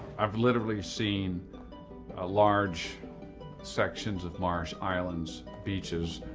i've literally seen ah large sections of marsh, islands, beaches,